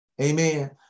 Amen